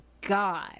god